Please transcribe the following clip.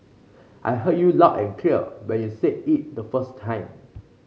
I heard you loud and clear when you said it the first time